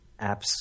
apps